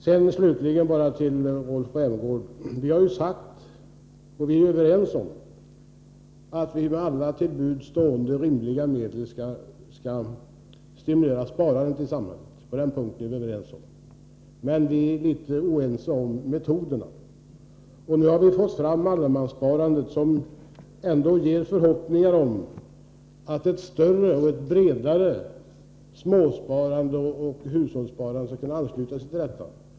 Sedan till Rolf Rämgård. Vi har ju sagt, och det är vi överens om, att vi med alla till buds stående rimliga medel skall stimulera sparandet i samhället. På den punkten är vi som sagt överens. Vi är dock litet oense om metoderna. Men nu har vi ju allemanssparandet, som ändå inger förhoppningar om att ett större och bredare småsparande och hushållssparande skulle kunna anslutas till detta.